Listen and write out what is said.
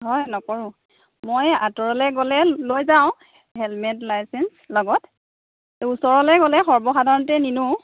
হয় নকৰোঁ মই আতৰলে গ'লে গৈ যাওঁ হেলমেট নাই যে লগত ওচৰলে গ'লে সৰ্ব সাধাৰণতে নিনো